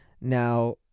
now